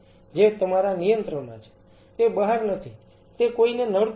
જે તમારા નિયંત્રણમાં છે તે બહાર નથી તે કોઈને નડતું નથી